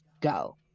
go